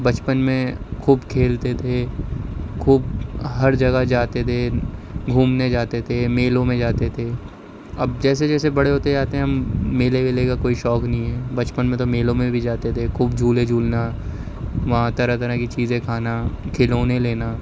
بچپن میں خوب کھیلتے تھے خوب ہر جگہ جاتے تھے گھومنے جاتے تھے میلوں میں جاتے تھے اب جیسے جیسے بڑے ہوتے جاتے ہیں ہم میلے ویلے کا کوئی شوق نہیں ہے بچپن میں تو میلوں میں بھی جاتے تھے خوب جھولے جھولنا وہاں طرح طرح کی چیزیں کھانا کھلونے لینا